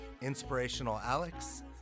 InspirationalAlex